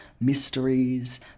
mysteries